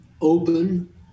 open